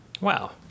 Wow